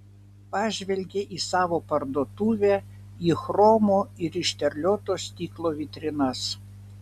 pažvelgė į savo parduotuvę į chromo ir išterlioto stiklo vitrinas